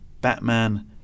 Batman